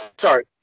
sorry